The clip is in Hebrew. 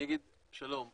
שלום.